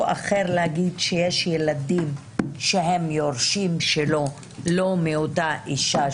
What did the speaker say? להגיד שיש ילדים שהם יורשים שלו לא מאותה אישה,